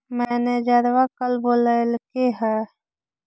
मैनेजरवा कल बोलैलके है?